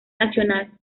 nacional